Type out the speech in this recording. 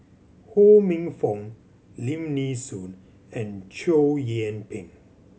Ho Minfong Lim Nee Soon and Chow Yian Ping